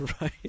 Right